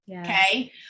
Okay